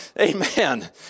amen